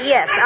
Yes